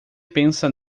pensa